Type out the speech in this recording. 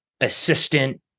assistant